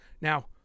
Now